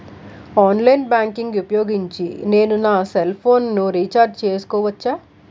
Online banking ఊపోయోగించి నేను నా సెల్ ఫోను ని రీఛార్జ్ చేసుకోవచ్చా?